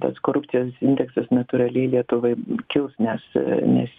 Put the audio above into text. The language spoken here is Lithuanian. tas korupcijos indeksas natūraliai lietuvai kils nes nes